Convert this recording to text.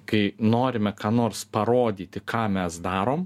kai norime ką nors parodyti ką mes darom